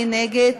מי נגד?